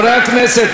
חברי הכנסת,